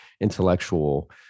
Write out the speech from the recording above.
intellectual